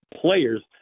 players